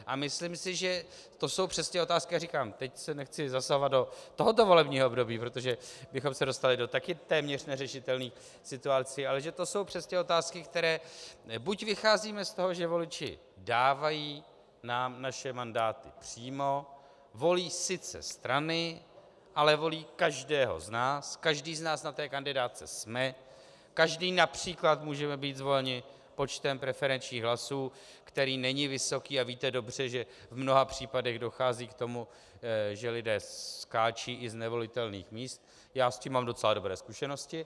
A myslím si, že to jsou přesně otázky a jak říkám, teď nechci zasahovat do tohoto volebního období, protože bychom se také dostali do téměř neřešitelných situací, ale že to jsou přesně otázky, které buď vycházíme z toho, že voliči dávají nám naše mandáty přímo, volí sice strany, ale volí každého z nás, každý z nás na té kandidátce jsme, každý například můžeme být zvoleni počtem preferenčních hlasů, který není vysoký, a víte dobře, že v mnoha případech dochází k tomu, že lidé skáčou i z nevolitelných míst, já s tím mám docela dobré zkušenosti.